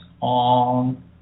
on